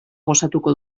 gozatuko